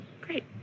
great